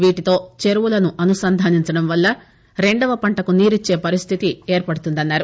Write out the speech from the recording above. వీటితో చెరువులను అనుసంధానించడం వల్ల రెండో పంటకు నీరిచ్చే పరిస్లితి ఏర్పడుతుందన్నారు